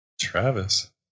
Travis